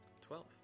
Twelve